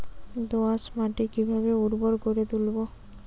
দোয়াস মাটি কিভাবে উর্বর করে তুলবো?